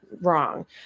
wrong